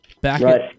back